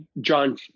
John